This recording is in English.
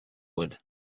wood